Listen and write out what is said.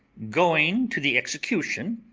going to the execution,